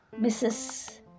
Mrs